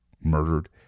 murdered